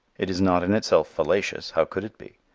it is not in itself fallacious how could it be?